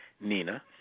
Nina